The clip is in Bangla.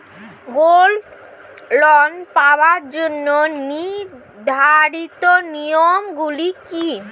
গোল্ড লোন পাওয়ার জন্য নির্ধারিত নিয়ম গুলি কি?